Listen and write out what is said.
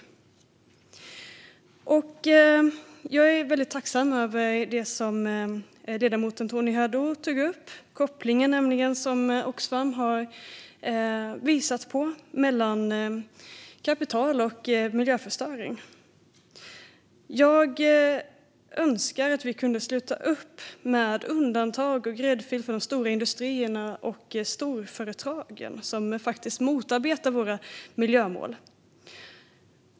Jag är väldigt tacksam över det ledamoten Tony Haddou tog upp. Det gäller den koppling som Oxfam har visat på mellan kapital och miljöförstöring. Jag önskar att vi kunde sluta upp med undantag och gräddfil för de stora industrierna och storföretagen som motarbetar våra miljömål.